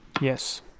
Yes